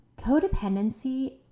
Codependency